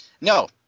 No